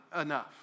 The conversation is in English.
enough